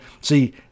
See